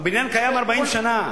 הבניין קיים 40 שנה,